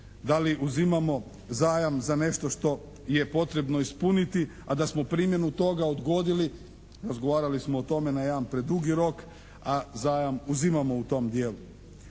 da li uzimamo zajam za nešto što je potrebno ispuniti a da smo primjenu toga odgodili, razgovarali smo o tome na jedan predugi rok a zajam uzimamo u tom dijelu.